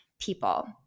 people